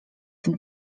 tym